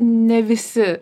ne visi